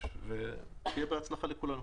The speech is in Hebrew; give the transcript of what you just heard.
שיהיה בהצלחה לכולנו.